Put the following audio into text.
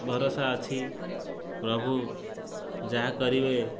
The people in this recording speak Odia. ଭରସା ଅଛି ପ୍ରଭୁ ଯାହା କରିବେ